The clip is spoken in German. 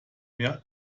mehr